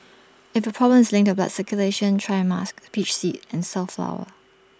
if your problem is linked to blood circulation try musk peach seed and safflower